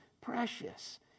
precious